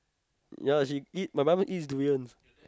ya he eat my mama eats durians